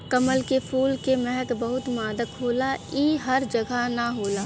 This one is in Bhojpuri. कमल के फूल के महक बहुते मादक होला इ हर जगह ना होला